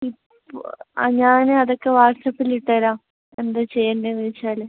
ഇപ്പോൾ ഞാന് അതൊക്കെ വാട്ട്സപ്പില് ഇട്ട് തരാം എന്താ ചെയ്യേണ്ടത് എന്ന് വെച്ചാല്